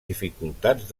dificultats